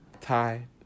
Tie